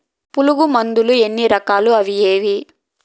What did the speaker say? పులుగు మందులు ఎన్ని రకాలు అవి ఏవి?